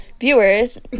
viewers